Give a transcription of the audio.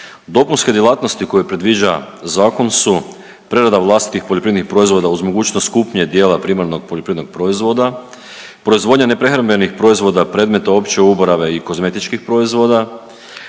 Dopunske djelatnosti koje predviđa Zakon su: prerada vlastitih poljoprivrednih proizvoda uz mogućnost kupnje dijela primarnog poljoprivrednog proizvoda, proizvodnja neprehrambenih proizvoda, predmeta opće uporabe i kozmetičkih proizvoda,